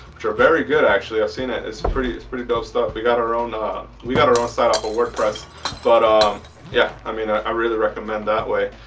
which are very good actually i've seen it it's pretty it's pretty dope stuff we got our own ah we got our own site off a word press but ah um yeah, i mean i really recommend that way.